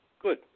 Good